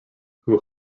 who